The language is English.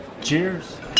Cheers